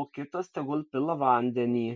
o kitas tegul pila vandenį